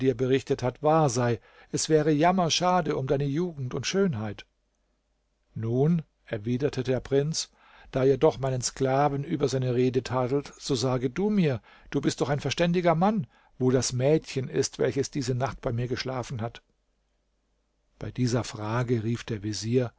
berichtet hat wahr sei es wäre jammerschade um deine jugend und schönheit nun erwiderte der prinz da ihr doch meinen sklaven über seine rede tadelt so sage du mir du bist doch ein verständiger mann wo das mädchen ist welches diese nacht bei mir geschlafen hat bei dieser frage rief der vezier